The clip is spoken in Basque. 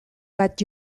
bat